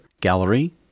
gallery